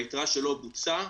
והיתרה שלא בוצעה,